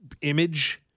image